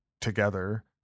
together